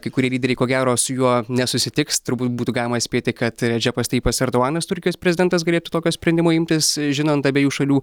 kai kurie lyderiai ko gero su juo nesusitiks turbūt būtų galima spėti kad džepas taipas erdoganas turkijos prezidentas galėtų tokio sprendimo imtis žinant abiejų šalių